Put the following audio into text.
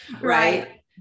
Right